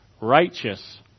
Righteous